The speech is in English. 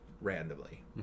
Randomly